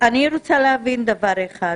אני רוצה להבין דבר אחד,